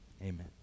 amen